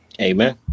Amen